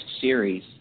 series